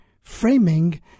framing